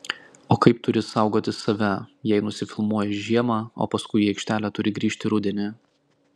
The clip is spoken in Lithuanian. o kaip turi saugoti save jei nusifilmuoji žiemą o paskui į aikštelę turi grįžti rudenį